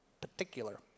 particular